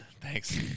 Thanks